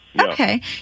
Okay